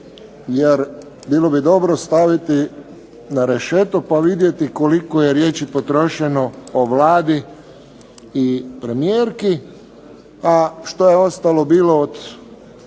jer bilo bi dobro staviti na rešeto pa vidjeti koliko je riječi potrošeno o Vladi i premijerki, a što je ostalo bilo od